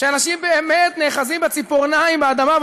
שאנשים באמת נאחזים בציפורניים באדמה,